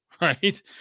Right